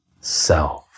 self